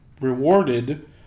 rewarded